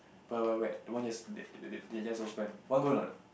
Wild-Wild-Wet the one just they just open want go anot